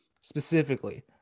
specifically